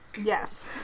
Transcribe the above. Yes